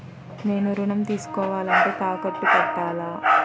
నేను ఋణం తీసుకోవాలంటే తాకట్టు పెట్టాలా?